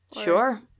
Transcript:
Sure